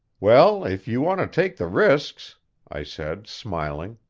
well, if you want to take the risks i said smiling.